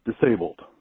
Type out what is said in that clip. disabled